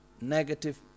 negative